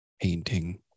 painting